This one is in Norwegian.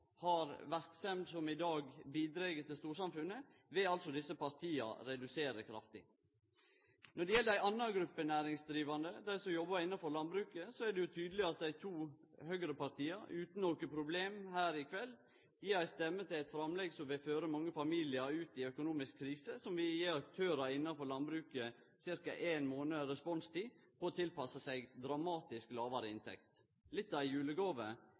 har verksemder som i dag bidreg til storsamfunnet, vil altså desse partia redusere kraftig. Når det gjeld ei anna gruppe næringsdrivande, dei som jobbar innanfor landbruket, er det jo tydeleg at dei to høgrepartia, utan noko problem, her i kveld gir stemme til eit framlegg som vil føre mange familiar ut i økonomisk krise, og som vil gi aktørar innanfor landbruket om lag ein månad responstid på å tilpasse seg ei dramatisk lågare inntekt – litt av ei julegåve